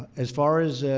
as far as